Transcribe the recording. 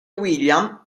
william